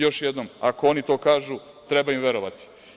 Još jednom, ako oni to kažu, treba im verovati.